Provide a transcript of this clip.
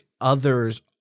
others